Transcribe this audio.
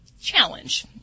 challenge